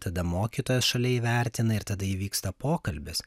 tada mokytojas šalia įvertina ir tada įvyksta pokalbis